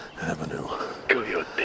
Avenue